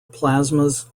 plasmas